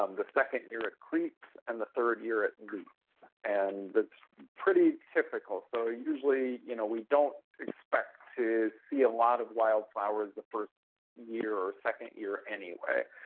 um the second year it creeps, and the third year it and leaps. and that's pretty typical. so usually you know we don't expect to see a lot of wildflowers the first year or second year anyway.